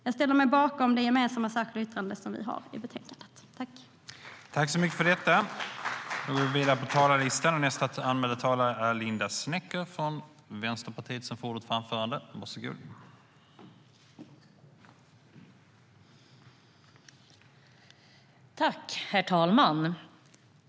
Jag ställer mig bakom det gemensamma särskilda yttrandet vi har i betänkandet.